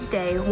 day